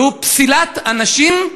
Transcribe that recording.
והוא פסילת אנשים,